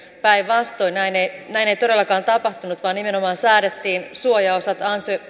näin ei näin ei todellakaan tapahtunut vaan päinvastoin nimenomaan säädettiin suojaosat